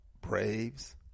Braves